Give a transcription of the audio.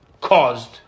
caused